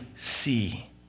see